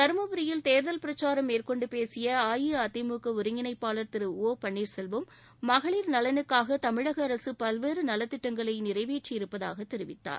தருமபுரியில் தேர்தல் பிரச்சாரம் மேற்கொண்டு பேசிய அஇஅதிமுக ஒருங்கிணைப்பாளர் திரு மகளிர் ஒபன்னீர்செல்வம் நலனுக்காக தமிழக அரசு பல்வேறு நலத்திட்டங்களை நிறைவேற்றியிருப்பதாக தெரிவித்தார்